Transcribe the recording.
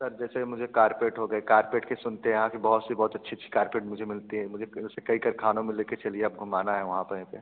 sir जैसे मुझे carpet हो गए कारपेट के सुनते है यहाँ के बहुत से बहुत अच्छी अच्छी कारपेट मुझे मिलती है मुझे कई कारखानों में लेकर चलिए अब घूमाना है वहाँ पर रह कर